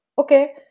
okay